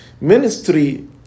Ministry